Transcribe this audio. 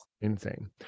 Insane